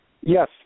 Yes